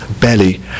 belly